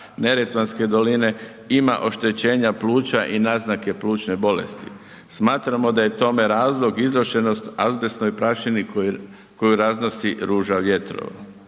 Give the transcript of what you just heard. Neretvanske doline ima oštećenja pluća i naznake plućne bolesti. Smatramo da je tome razlog izloženost azbestnoj prašini koju raznosi .../Govornik